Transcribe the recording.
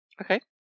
Okay